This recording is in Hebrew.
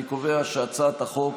אני קובע שהצעת החוק